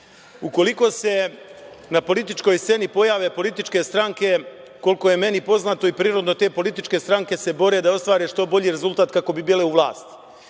čuti. Ukoliko se na političkoj sceni pojave političke stranke, koliko je meni poznato i prirodno, te političke stranke se bore da ostvare što bolji rezultat kako bi bile u vlasti.